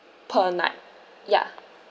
per night ya